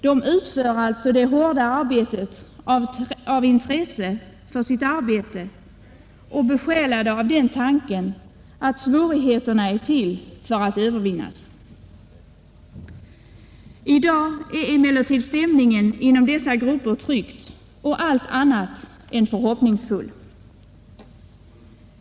De utför alltså det hårda arbetet av intresse för just detta sitt arbete och är besjälade av tanken att svårigheterna är till för att övervinnas. I dag är emellertid stämningen inom dessa grupper tryckt och allt annat än förhoppningsfull.